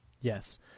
Yes